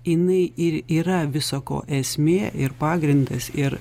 jinai ir yra visa ko esmė ir pagrindas ir